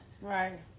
Right